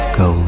go